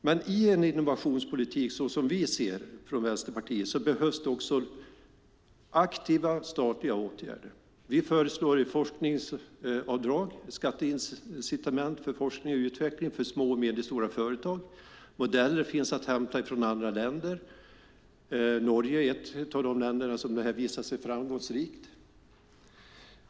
Men i en innovationspolitik, som vi ser det från Vänsterpartiet, behövs det också aktiva statliga åtgärder. Vi föreslår ett forskningsavdrag, ett skatteincitament för forskning och utveckling för små och medelstora företag. Modeller finns att hämta från andra länder. Norge är ett av de länder där det här har visat sig framgångsrikt.